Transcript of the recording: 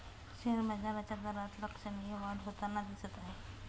share बाजाराच्या दरात लक्षणीय वाढ होताना दिसत आहे